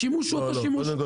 השימוש הוא אותו שימוש.